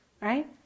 Right